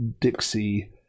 Dixie